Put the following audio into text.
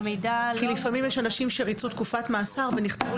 לפעמים יש אנשים שריצו תקופת מאסר ונכתבו